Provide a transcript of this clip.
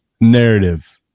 Narrative